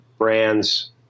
brands